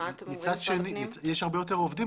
יש הרבה יותר עובדים.